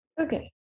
Okay